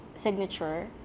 Signature